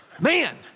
Man